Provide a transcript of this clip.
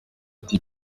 ati